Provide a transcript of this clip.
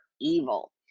evil